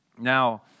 Now